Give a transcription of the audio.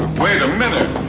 wait a minute!